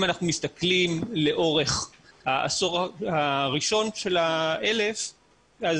אם אנחנו מסתכלים לאורך העשור הראשון של האלף אז